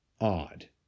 odd